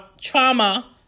trauma